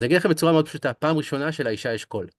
נגיד לכם בצורה מאוד פשוטה, פעם ראשונה שלאישה יש קול.